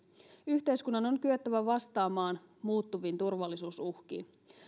yhteiskunnan on kyettävä vastaamaan muuttuviin turvallisuusuhkiin